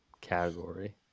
category